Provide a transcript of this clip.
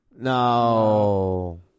No